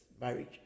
marriage